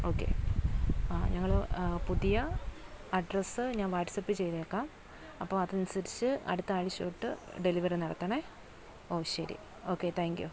okay ആ ഞങ്ങള് പുതിയ അഡ്രസ് ഞാൻ വാട്സ്പ്പ് ചെയ്തേക്കാം അപ്പം അതനുസരിച്ച് അടുത്താഴ്ച്ച തൊട്ട് ഡെലിവറി നടത്തണേ ഓ ശരി ഓക്കേ താങ്ക് യു